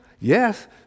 Yes